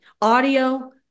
audio